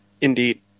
Indeed